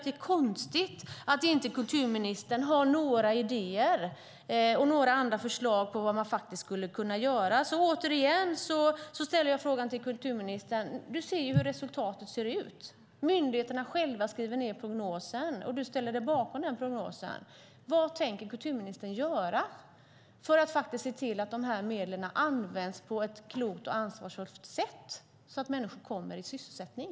Det är konstigt att kulturministern inte har några idéer eller förslag på vad som kan göras. Jag ställer återigen en fråga till kulturministern. Hon ser hur resultatet ser ut. Myndigheterna skriver själva ned prognosen, och hon ställer sig bakom prognosen. Vad tänker kulturministern göra för att se till att medlen används på ett klokt och ansvarsfullt sätt så att människor kommer i sysselsättning?